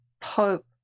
Pope